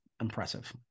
impressive